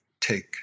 take